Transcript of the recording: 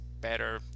better